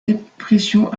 dépression